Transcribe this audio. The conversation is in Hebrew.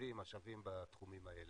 תקציבים ומשאבים בתחומים האלה.